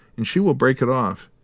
and she will break it off.